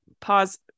pause